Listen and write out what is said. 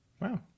wow